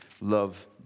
love